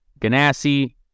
Ganassi